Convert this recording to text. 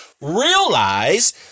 Realize